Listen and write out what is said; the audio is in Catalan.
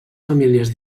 famílies